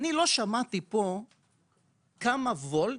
אני לא שמעתי פה כמה ולט,